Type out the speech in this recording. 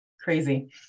Crazy